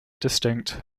distinct